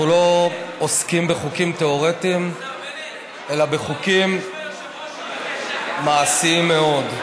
אנחנו לא עוסקים בחוקים תיאורטיים אלא בחוקים מעשיים מאוד.